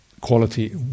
quality